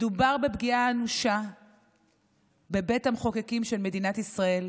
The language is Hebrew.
מדובר בפגיעה אנושה בבית המחוקקים של מדינת ישראל